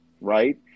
right